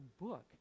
book